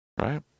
Right